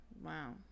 wow